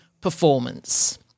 performance